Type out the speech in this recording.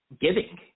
giving